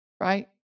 right